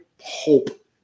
hope